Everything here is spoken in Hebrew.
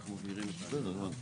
אנחנו נדבר על הולחו"ף.